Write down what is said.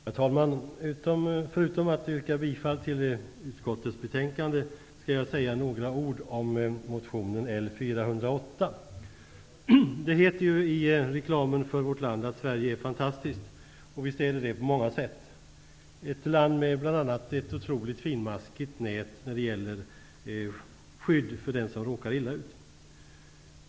Herr talman! Förutom att yrka bifall till utskottets hemställan skall jag säga några ord om motion Det heter ju i reklamen för vårt land att Sverige är fantastiskt. Visst, det är det på många sätt. Det är ett land med bl.a. ett otroligt finmaskigt nät när det gäller skydd för den som råkar illa ut.